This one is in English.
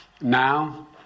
Now